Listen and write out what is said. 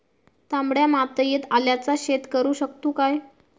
तामड्या मातयेत आल्याचा शेत करु शकतू काय?